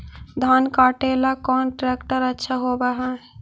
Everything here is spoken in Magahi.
धान कटे ला कौन ट्रैक्टर अच्छा होबा है?